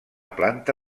planta